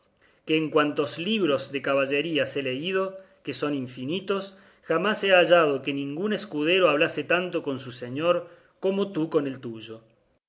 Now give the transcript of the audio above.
que en cuantos libros de caballerías he leído que son infinitos jamás he hallado que ningún escudero hablase tanto con su señor como tú con el tuyo